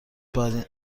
باید